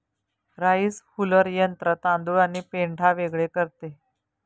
rice huller यंत्र तांदूळ आणि पेंढा वेगळे करते